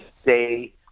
stay